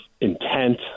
intent